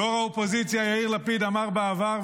ראש האופוזיציה יאיר לפיד אמר בעבר,